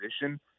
position